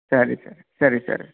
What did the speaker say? ಸರಿ ಸರ್ ಸರಿ ಸರ್